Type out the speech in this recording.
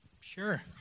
Sure